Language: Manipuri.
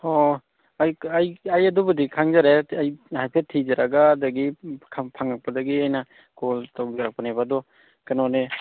ꯍꯣꯏꯍꯣꯏ ꯑꯩ ꯑꯩ ꯑꯩ ꯑꯗꯨꯕꯨꯗꯤ ꯈꯪꯖꯔꯦ ꯑꯩ ꯍꯥꯏꯐꯦꯠ ꯊꯤꯖꯔꯒ ꯑꯗꯒꯤ ꯐꯪꯉꯛꯄꯗꯒꯤ ꯑꯩꯅ ꯀꯣꯜ ꯇꯧꯖꯔꯛꯄꯅꯦꯕ ꯑꯗꯣ ꯀꯩꯅꯣꯅꯦ